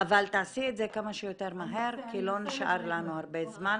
אבל תעשי את זה כמה שיותר מהר כי לא נשאר לנו הרבה זמן.